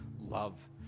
love